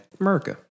America